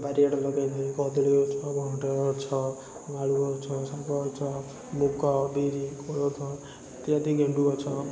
ବାରିଆଡ଼େ ମୁଁ ଲଗାଇଛି କଦଳୀ ଗଛ ଭଣ୍ଡା ଗଛ ଆଳୁ ଗଛ ଶାଗ ଗଛ ମୁଗ ବିରି କୋଳଥ ଇତ୍ୟାଦି ଗେଣ୍ଡୁ ଗଛ